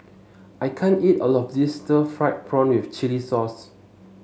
I can't eat all of this Stir Fried Prawn with Chili Sauce